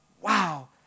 wow